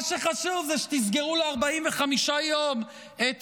מה שחשוב זה שתסגרו ל-45 יום את